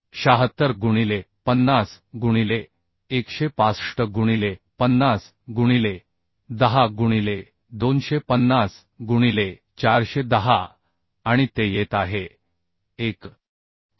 076 गुणिले 50 गुणिले 165 गुणिले 50 गुणिले 10 गुणिले 250 गुणिले 410 आणि ते येत आहे 1